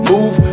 Move